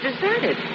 deserted